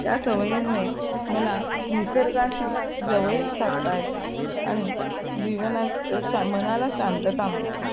या सवयीमुळे मला निसर्गाशी जवळीक साधता येते आणि जीवनात शा मनाला शांतता मिळते